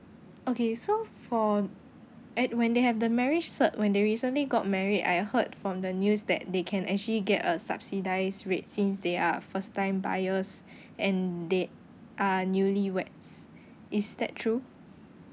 okay so for at when they have the marriage cert when they recently got married I heard from the news that they can actually get a subsidised rates since they are first time buyers and they are newlyweds is that true